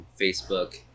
Facebook